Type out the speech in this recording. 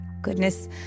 Goodness